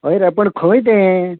हय रे पण खंय तें